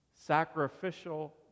sacrificial